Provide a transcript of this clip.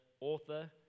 author